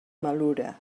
malura